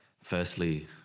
Firstly